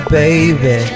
baby